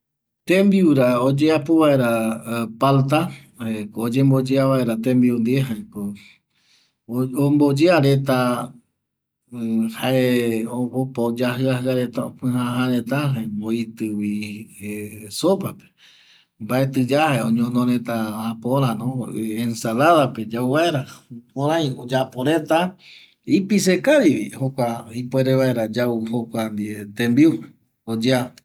Tembiura oyeapo vaera palta oyembpoyea vaera tembiu ndie jaeko omboyea reta opa oyajƚa jƚa opƚjaja reta jare oitƚvi sopape mbaetƚyae oñono reta aporano ensaladape yau vaera jukurai oyapo reta ipise kavivi ipuere vaera yau jokua ndie tembiu oyeapo